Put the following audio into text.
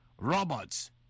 robots